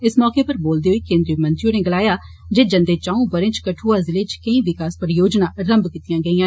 इस मौके उप्पर बोलदे होई केन्द्रीय मंत्री होरें गलाया जे जन्दे चंऊ बरे च कठुआ जिले च केई विकास परियोजना रम्भ कीतियां गेइयां